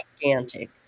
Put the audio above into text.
gigantic